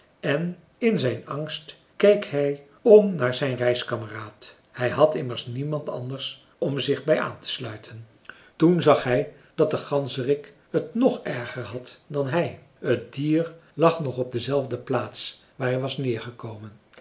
en in zijn angst keek hij om naar zijn reiskameraad hij had immers niemand anders om zich bij aan te sluiten toen zag hij dat de ganzerik het nog erger had dan hij het dier lag nog op dezelfde plaats waar hij was